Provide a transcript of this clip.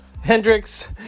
Hendrix